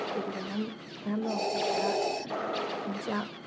त्यति बेला पनि राम्रो आउँछ होला हुन्छ